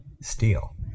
steel